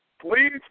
please